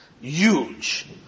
Huge